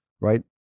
Right